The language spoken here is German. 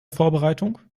vorbereitung